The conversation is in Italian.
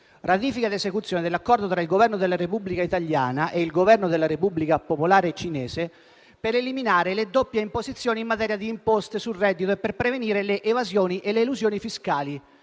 «Ratifica ed esecuzione dell'Accordo tra il Governo della Repubblica italiana e il Governo della Repubblica popolare cinese per eliminare le doppie imposizioni in materie di imposte sul reddito e per prevenire le evasioni e le elusioni fiscali,